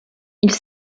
ils